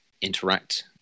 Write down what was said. interact